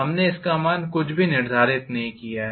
हमने इसका मान कुछ भी निर्धारित नहीं किया है